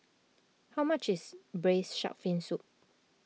how much is Braised Shark Fin Soup